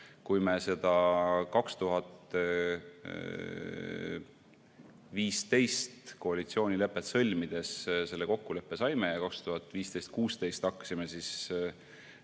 Kui me 2015 koalitsioonilepet sõlmides selle kokkuleppe saime ja 2015–2016 hakkasime läbi